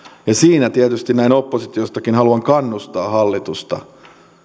siinä tietysti näin oppositiostakin haluan kannustaa hallitusta